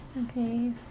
Okay